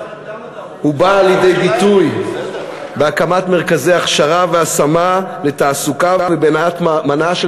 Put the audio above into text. הוא בא לידי ביטוי בהקמת מרכזי הכשרה והשמה לתעסוקה ובהטמעה של